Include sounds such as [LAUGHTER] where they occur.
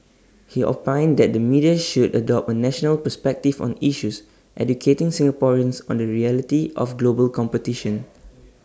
he opined that the media should adopt A national perspective on issues educating Singaporeans on the reality of global competition [NOISE]